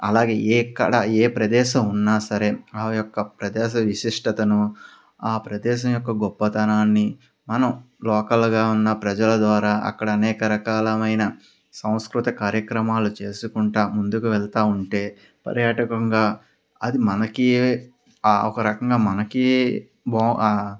అలాగే ఏక్కడ ఏ ప్రదేశం ఉన్నా సరే ఆ యొక్క ప్రదేశ విశిష్టతను ఆ ప్రదేశం యొక్క గొప్పతనాన్ని మనం లోకల్గా ఉన్న ప్రజల ద్వారా అక్కడ అనేక రకాలైన సంస్కృతి కార్యక్రమాలు చేసుకుంటూ ముందుకు వెళ్తూ ఉంటే పర్యాటకంగా అది మనకి ఒక రకంగా మనకి బా